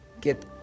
get